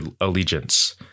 Allegiance